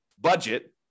budget